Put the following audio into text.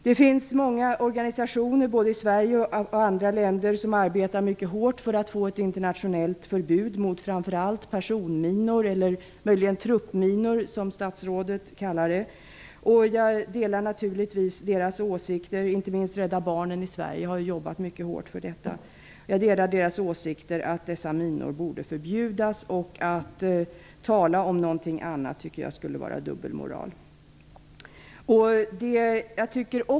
Det finns många organisationer både i Sverige och i andra länder som arbetar mycket hårt för att få till stånd ett internationellt förbud mot framför allt personminor, eller truppminor, som statsrådet kallar dem. Inte minst Rädda barnen i Sverige har jobbat mycket hårt för detta. Jag delar åsikten att dessa minor borde förbjudas -- att tala om någonting annat skulle vara dubbelmoral.